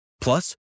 Plus